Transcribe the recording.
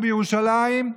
בירושלים,